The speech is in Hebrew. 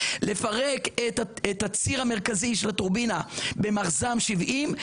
לפרק את הציר המרכזי של הטורבינה במחז"מ 70,